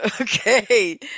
Okay